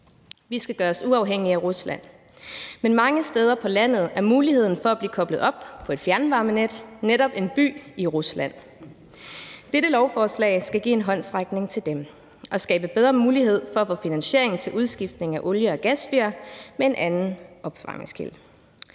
Vi skal gøre os uafhængige af Rusland, men mange steder på landet er muligheden for at blive koblet op på et fjernvarmenet netop en by i Rusland. Dette lovforslag skal give en håndsrækning til dem og skabe bedre mulighed for at få finansiering til udskiftning af olie- og gasfyr med en anden opvarmningskilde.